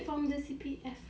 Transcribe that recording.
dia ambil from the C_P_F